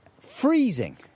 freezing